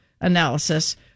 analysis